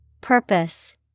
Purpose